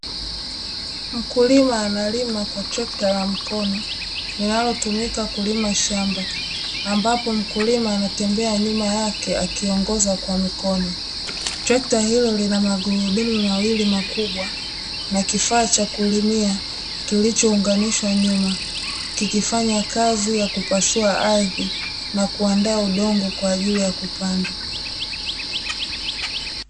Mkulima analima kwa trekta la mkono linalotumika kulima shamba, ambapo mkulima anatembea nyuma yake akiongoza kwa mikono. Trekta hilo lina magurudumu mawili makubwa, na kifaa cha kulimia kilichounganishwa nyuma kikifanya kazi ya kupasua ardhi, na kuandaa udongo kwa ajili ya kupanda.